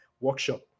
workshop